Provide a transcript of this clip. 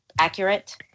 accurate